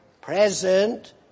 present